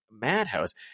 madhouse